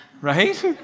Right